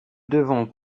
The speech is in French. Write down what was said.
devons